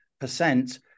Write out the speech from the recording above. percent